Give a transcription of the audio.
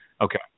okay